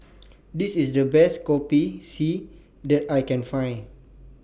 This IS The Best Kopi C that I Can Find